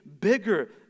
bigger